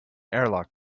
airlock